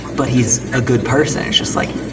but he's a good person. she's like,